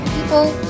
people